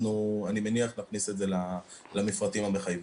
אני מניח שנכניס את זה למפרטים המחייבים.